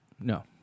No